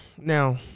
now